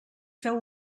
feu